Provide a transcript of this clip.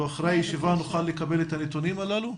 לקבל אחרי הישיבה את הנתונים הללו?